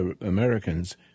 Americans